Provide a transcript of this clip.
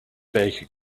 baker